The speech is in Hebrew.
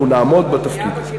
אנחנו נעמוד בתפקיד הזה.